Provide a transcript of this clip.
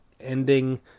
ending